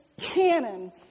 canon